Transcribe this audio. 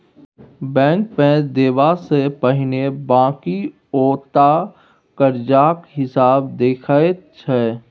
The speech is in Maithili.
बैंक पैंच देबा सँ पहिने बकिऔता करजाक हिसाब देखैत छै